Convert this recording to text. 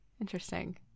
interesting